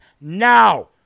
now